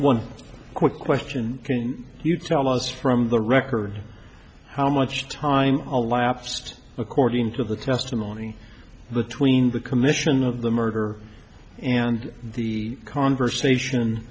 one quick question can you tell us from the record how much time elapsed according to the testimony between the commission of the murder and the conversation